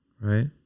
Right